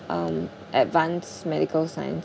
um advanced medical science